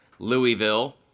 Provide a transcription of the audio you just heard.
Louisville